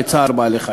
בצער בעלי-חיים.